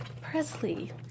Presley